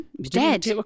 dead